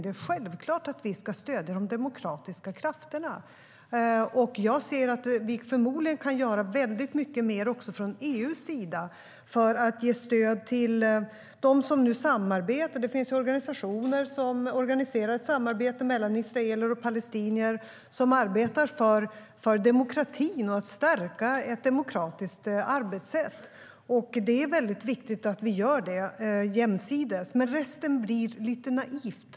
Det är självklart att vi ska stödja de demokratiska krafterna. Vi kan förmodligen göra väldigt mycket mer också från EU:s sida för att ge stöd åt de som nu samarbetar. Det finns organisationer som organiserar samarbete mellan israeler och palestinier och som arbetar för demokratin och för att stärka ett demokratiskt arbetssätt. Det är viktigt att vi gör det jämsides. Men resten blir lite naivt.